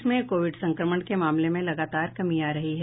देश में कोविड संक्रमण के मामलों में लगातार कमी आ रही है